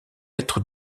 être